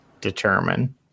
determine